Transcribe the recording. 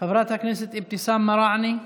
חברת הכנסת אבתיסאם מראענה,